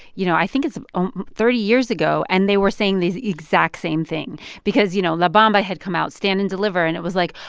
you know, i think it's um um thirty years ago. and they were saying the exact same thing because, you know, la bamba had come out, stand and deliver. and it was like,